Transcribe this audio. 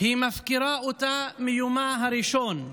היא מפקירה אותה מיומה הראשון,